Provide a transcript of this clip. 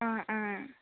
অঁ অঁ